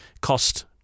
cost